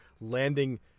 landing